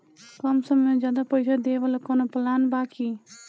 कम समय में ज्यादा पइसा देवे वाला कवनो प्लान बा की?